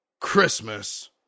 christmas